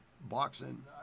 boxing